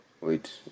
Wait